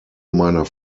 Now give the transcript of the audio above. meiner